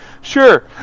Sure